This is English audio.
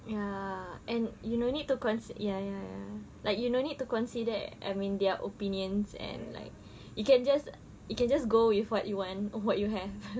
ya and you no need to consi~ ya ya like you no need to consider I mean their opinions and like you can just you can just go with what you want or what you have